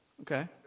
Okay